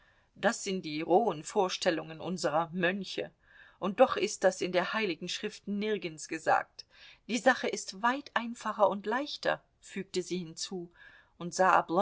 das sind die rohen vorstellungen unserer mönche und doch ist das in der heiligen schrift nirgends gesagt die sache ist weit einfacher und leichter fügte sie hinzu und sah